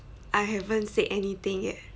I haven't said anything yet